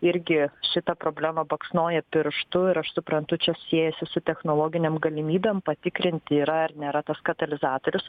irgi šitą problemą baksnoję pirštu ir aš suprantu čia siejasi su technologinėm galimybėm patikrinti yra ar nėra tas katalizatorius